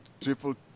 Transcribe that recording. triple